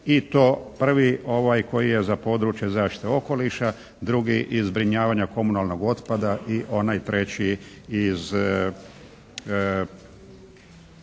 i to prvi ovaj koji je za područje zaštite okoliša, drugi iz zbrinjavanja komunalnog otpada i onaj treći iz,